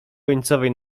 końcowej